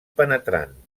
penetrant